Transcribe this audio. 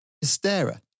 hysteria